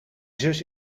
zus